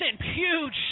huge